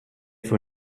für